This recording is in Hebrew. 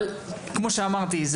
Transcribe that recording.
אבל כמו שאמרתי,